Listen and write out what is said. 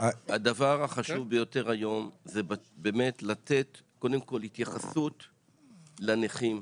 הדבר החשוב ביותר היום זה לתת התייחסות לנכים,